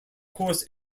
course